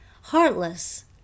heartless